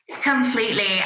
Completely